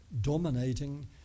dominating